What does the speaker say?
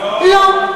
לא.